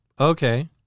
Okay